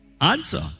answer